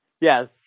Yes